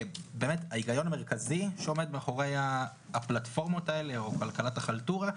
ההיגיון המרכזי שעומד מאחורי הפלטפורמות האלה או כלכלת החלטורה,